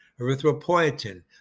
erythropoietin